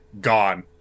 gone